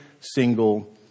single